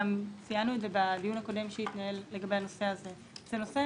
ציינו את זה גם בדיון הקודם שהתנהל לגבי הנושא הזה זה נושא